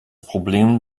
problem